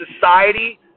society